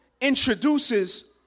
introduces